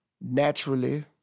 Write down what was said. naturally